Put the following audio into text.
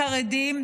חרדים,